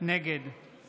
נגד רם